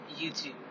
YouTube